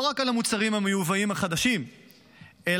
לא רק על המוצרים המיובאים החדשים אלא